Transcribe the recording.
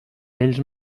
ells